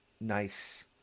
nice